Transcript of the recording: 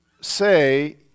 say